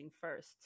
first